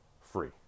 free